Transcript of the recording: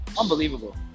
Unbelievable